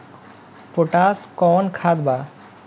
Potash कोउन खाद बा?